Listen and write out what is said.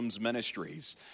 Ministries